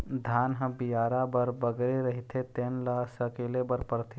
धान ह बियारा भर बगरे रहिथे तेन ल सकेले बर परथे